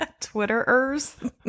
twitterers